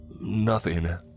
Nothing